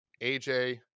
AJ